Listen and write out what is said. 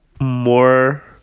more